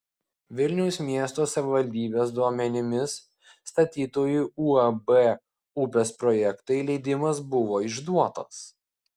vilniaus miesto savivaldybės duomenimis statytojui uab upės projektai leidimas buvo išduotas